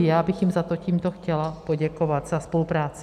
Já bych jim za to tímto chtěla poděkovat za spolupráci.